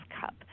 cup